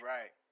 Right